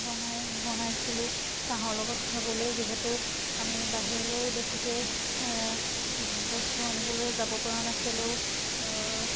বনাই বনাইছিলোঁ চাহৰ লগত খাবলৈ যিহেতু আমি বাহিৰলৈ বেছিকৈ বস্তু আনিবলৈ যাবপৰা নাছিলোঁ